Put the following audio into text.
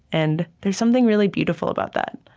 and there's something really beautiful about that